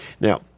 Now